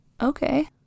okay